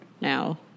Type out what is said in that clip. now